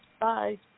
Bye